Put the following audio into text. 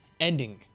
ending